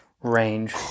range